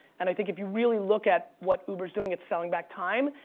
and i think if you really look at what uber's doing, it's selling back time.